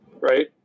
right